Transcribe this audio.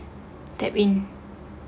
type in